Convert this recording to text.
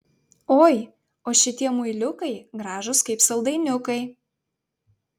oi o šitie muiliukai gražūs kaip saldainiukai